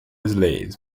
slaves